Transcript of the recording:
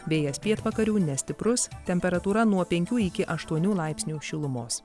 vėjas pietvakarių nestiprus temperatūra nuo penkių iki aštuonių laipsnių šilumos